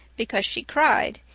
because she cried,